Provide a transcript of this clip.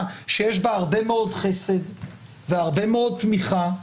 שיש בה הרבה מאוד חסד והרבה מאוד תמיכה,